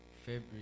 February